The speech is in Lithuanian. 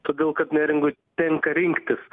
todėl kad neringoj tenka rinktis